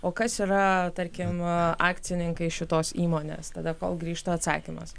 o kas yra tarkim akcininkai šitos įmonės tada kol grįžta atsakymas